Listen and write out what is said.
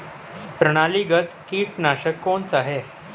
प्रणालीगत कीटनाशक कौन सा है?